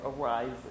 arises